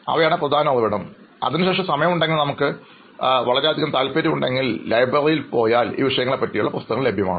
അവയാണ് പ്രധാന ഉറവിടം അതിനുശേഷം സമയമുണ്ടെങ്കിൽ നമുക്ക് വളരെയധികം താല്പര്യമുണ്ടെങ്കിൽ ലൈബ്രറിയിൽ പോയാൽ ഈ വിഷയങ്ങളെപ്പറ്റി പുസ്തകങ്ങൾ ലഭ്യമാണ്